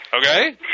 Okay